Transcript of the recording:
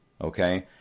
okay